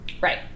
Right